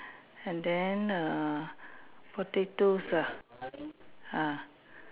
and then err potatoes ah ah